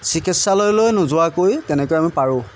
চিকিৎসালয়লৈ নোযোৱাকৈও তেনেকৈ আমি পাৰোঁ